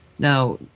Now